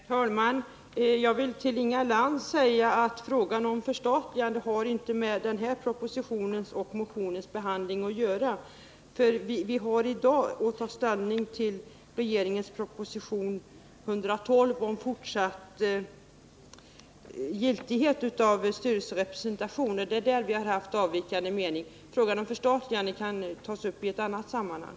Herr talman! Jag vill till Inga Lantz säga att frågan om förstatligande har inte med den här propositionens och motionens behandling att göra. Vi har i dag att ta ställning till regeringens proposition 112 om fortsatt giltighet av lagen om styrelserepresentation. Det är där vi har haft avvikande mening. Frågan om förstatligande kan tas upp i ett annat sammanhang.